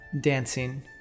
dancing